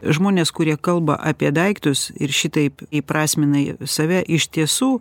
žmonės kurie kalba apie daiktus ir šitaip įprasmina save iš tiesų